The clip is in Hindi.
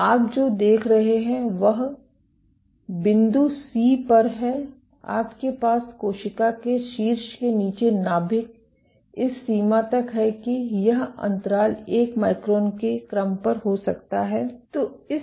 तो आप जो देख रहे हैं वह बिंदु सी पर है आपके पास कोशिका के शीर्ष के नीचे नाभिक इस सीमा तक है कि यह अंतराल 1 माइक्रोन के क्रम पर हो सकता है